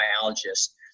biologists